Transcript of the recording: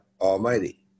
Almighty